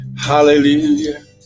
Hallelujah